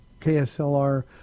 KSLR